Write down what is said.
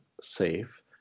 safe